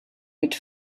mit